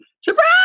surprise